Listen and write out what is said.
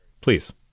Please